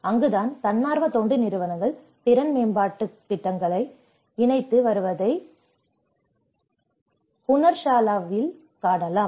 அங்குதான் தன்னார்வ தொண்டு நிறுவனங்கள் திறன் மேம்பாட்டுத் திட்டங்களை இணைத்து வருவதை ஹுன்னர்ஷாலாவில் காணலாம்